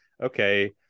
okay